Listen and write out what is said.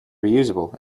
reusable